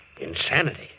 Insanity